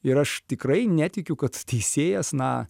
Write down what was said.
ir aš tikrai netikiu kad teisėjas na